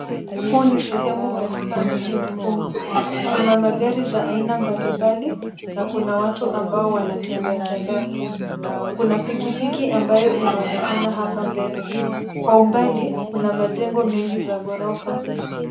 Huu ni sehemu katika mji mkuu. Kuna magari za aina mbalimbali na kuna watu ambao wanatembea tembea. Kuna pikipiki ambayo inaonekana hapa mbele. Kwa umbali kuna majengo mengi za ghorofa.